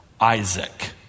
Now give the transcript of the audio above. Isaac